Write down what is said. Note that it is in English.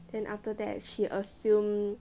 then after that she assume